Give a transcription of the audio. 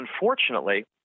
unfortunately